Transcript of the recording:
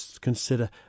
consider